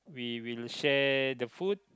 we will share the food